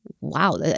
wow